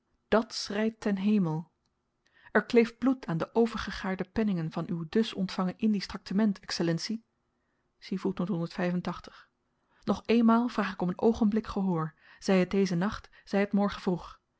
dàt schreit ten hemel er kleeft bloed aan de overgegaarde penningen van uw dùs ontvangen indisch traktement excellentie nog éénmaal vraag ik om een oogenblik gehoor zy het dezen nacht zy het morgen vroeg